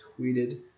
tweeted